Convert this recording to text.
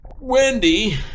Wendy